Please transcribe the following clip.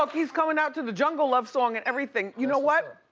like he's coming out to the jungle love song and everything, you know what,